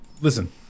Listen